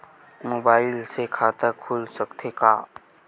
Mobile से खाता खुल सकथे का?